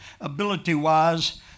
ability-wise